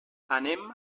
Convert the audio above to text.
anem